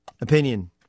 opinion